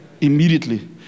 Immediately